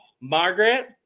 Margaret